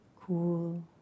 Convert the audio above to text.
cool